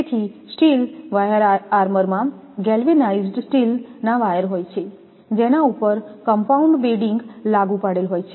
તેથી steel wire armour માં galvanised સ્ટીલના વાયર હોય છે જેના ઉપર કમ્પાઉન્ડ બેડિંગ લાગુ પાડેલ હોય છે